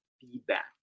feedback